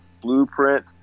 blueprint